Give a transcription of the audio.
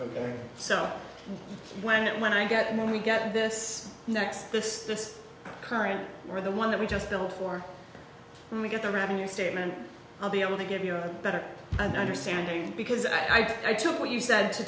on so when it when i get mine we get this next this current or the one that we just built for we get the revenue statement i'll be able to give you a better understanding because i took what you said to